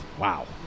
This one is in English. Wow